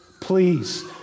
please